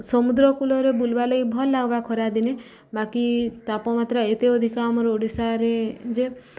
ସମୁଦ୍ର କୂଲରେ ବୁଲ୍ବାର୍ ଲାଗି ଭଲ୍ ଲାଗ୍ବା ଖରାଦିନେ ବାକି ତାପମାତ୍ରା ଏତେ ଅଧିକା ଆମର ଓଡ଼ିଶାରେ ଯେ